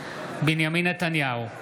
בנימין נתניהו,